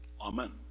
Amen